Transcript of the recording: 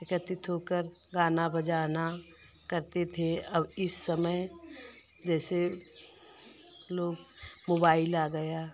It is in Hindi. एकत्रित होकर गाना बजाना करते थे अब इस समय जैसे लोग मोबाइल आ गया